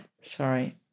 Sorry